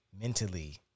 mentally